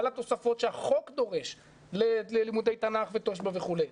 על התוספות שהחוק דורש ללימודי תנ"ך ותושב"ע וכולי.